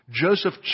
Joseph